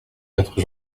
quatre